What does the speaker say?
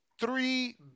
three